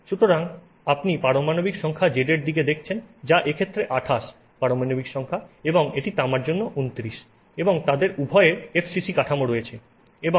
সুতরাং আপনি পারমাণবিক সংখ্যা Z এর দিকে দেখছেন যা এক্ষেত্রে 28 পারমাণবিক সংখ্যা এবং এটি তামার জন্য 29 এবং তাদের উভয়ের FCC কাঠামো রয়েছে